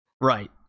Right